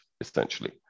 essentially